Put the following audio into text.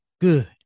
Good